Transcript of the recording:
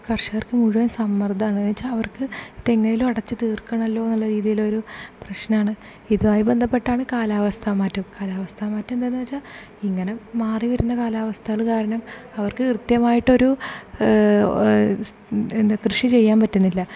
കർഷകർക്ക് മുഴുവൻ സമ്മർദ്ദമാണ് എന്ന് വച്ചാൽ അവർക്ക് ഇതെങ്ങനേലും അടച്ച് തീർക്കണം അല്ലോ എന്ന് നല്ല രീതിയിലൊരു പ്രശ്നമാണ് ഇതുമായി ബന്ധപ്പെട്ടാണ് കാലാവസ്ഥ മാറ്റം കാലാവസ്ഥ മാറ്റം എന്താണെന്ന് വച്ചാൽ ഇങ്ങനെ മാറി വരുന്ന കാലാവസ്ഥകൾ കാരണം അവർക്ക് കൃത്യമായിട്ട് ഒരു എന്താണ് കൃഷി ചെയ്യാൻ പറ്റുന്നില്ല